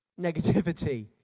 negativity